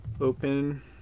open